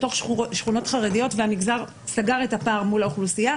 בתוך שכונות חרדיות והמגזר סגר את הפער מול האוכלוסייה.